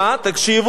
תקשיבו,